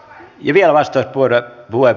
ei tätä vaadita